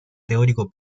teórico